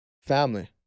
family